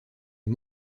les